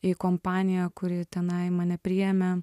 į kompaniją kuri tenai mane priėmė